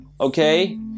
Okay